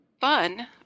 fun